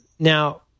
Now